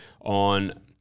on